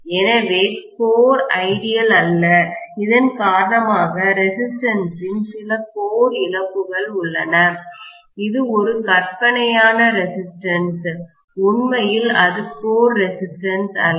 எனவே core ideal அல்ல இதன் காரணமாக ரெசிஸ்டன்ஸ் இன் சில கோர் இழப்புகள் உள்ளன இது ஒரு கற்பனையான ரெசிஸ்டன்ஸ் உண்மையில் இது கோர் ரெசிஸ்டன்ஸ் அல்ல